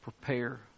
prepare